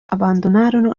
abbandonarono